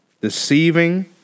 deceiving